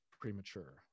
premature